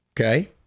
Okay